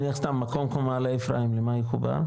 נניח סתם מקום כמו מעלה אפרים, למה יחובר?